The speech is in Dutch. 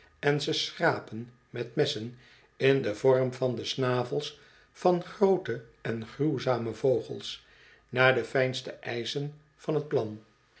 en ze schrapen met messen in den vorm van de snavels van groote en gruwzame vogels naaide fijnste eischen van t plan